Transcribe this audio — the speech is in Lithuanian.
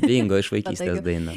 bingo iš vaikystės daina